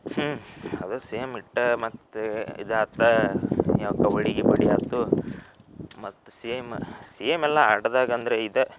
ಹ್ಞೂ ಅದು ಸೇಮ್ ಇಟ್ಟು ಮತ್ತು ಇದು ಆಯ್ತಾ ಯಾವ ಕಬಡ್ಡಿ ಗಿಬಡ್ಡಿ ಆಯ್ತು ಮತ್ತು ಸೇಮ್ ಸೇಮ್ ಎಲ್ಲ ಆಟ್ದಾಗ ಅಂದರೆ ಇದು